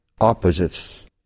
opposites